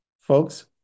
Folks